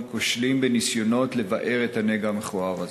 כושלות בניסיונות לבער את הנגע המכוער הזה.